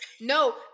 No